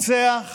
רוצח